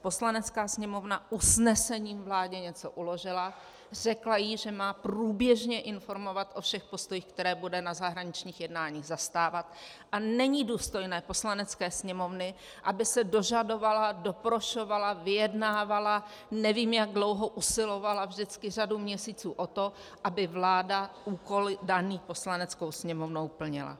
Poslanecká sněmovna usnesením vládě něco uložila, řekla jí, že má průběžně informovat o všech postojích, které bude na zahraničních jednáních zastávat, a není důstojné Poslanecké sněmovny, aby se dožadovala, doprošovala, vyjednávala, nevím jak dlouho usilovala vždycky, řadu měsíců, o to, aby vláda úkol daný Poslaneckou sněmovnou plnila.